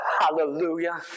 hallelujah